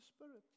spirit